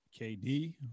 KD